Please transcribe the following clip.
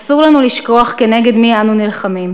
אסור לנו לשכוח כנגד מי אנו נלחמים.